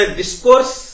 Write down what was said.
discourse